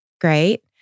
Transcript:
Great